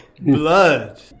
Blood